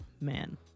Man